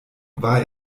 war